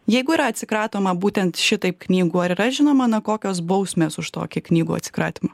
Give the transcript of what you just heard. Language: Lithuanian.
jeigu yra atsikratoma būtent šitaip knygų ar yra žinoma na kokios bausmės už tokį knygų atsikratymą